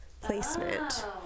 placement